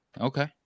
Okay